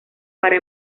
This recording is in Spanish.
para